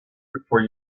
before